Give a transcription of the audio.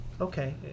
okay